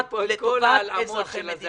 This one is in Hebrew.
לטובת אזרחי מדינת ישראל.